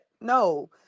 No